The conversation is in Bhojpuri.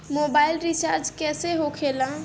मोबाइल रिचार्ज कैसे होखे ला?